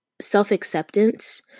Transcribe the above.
self-acceptance